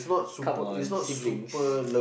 come on siblings